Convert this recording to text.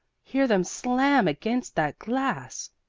hear them slam against that glass!